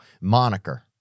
Moniker